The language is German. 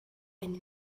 ein